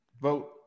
Vote